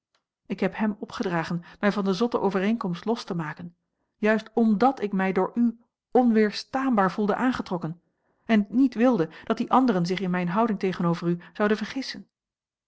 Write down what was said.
ik heb hem opgedragen mij van de zotte overeenkomst los te maken juist omdat ik mij door u onweerstaanbaar voelde aangetrokken en niet wilde dat die anderen zich in mijne houding tegenover u zouden vergissen